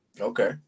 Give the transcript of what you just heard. Okay